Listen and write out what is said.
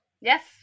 Yes